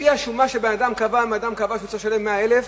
אם לפי השומה הוא קבע שאדם צריך לשלם 100,000,